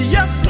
Yes